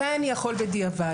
מתי אני יכול בדיעבד?